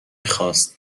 خواست